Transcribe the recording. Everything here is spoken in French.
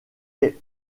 est